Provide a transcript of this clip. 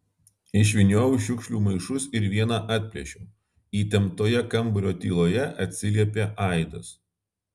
išvyniojau šiukšlių maišus ir vieną atplėšiau įtemptoje kambario tyloje atsiliepė aidas